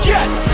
Yes